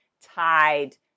tied